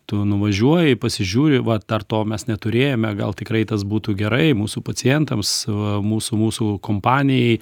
tu nuvažiuoji pasižiūri va dar to mes neturėjome gal tikrai tas būtų gerai mūsų pacientams mūsų mūsų kompanijai